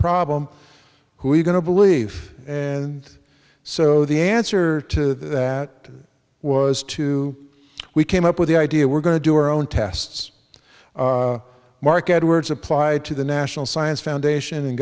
problem who are you going to believe and so the answer to that was to we came up with the idea we're going to do our own tests mark edwards applied to the national science